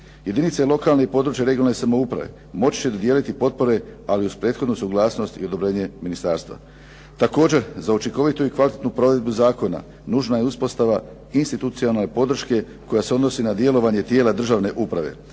Jedinice lokalne, područne i regionalne samouprave moći će dodijeliti potpore, ali uz prethodnu suglasnost i odobrenje ministarstva. Također za učinkovitu i kvalitetnu provedbu zakona, nužna je uspostava institucionalne podrške koja se odnosi na djelovanje tijela državne uprave,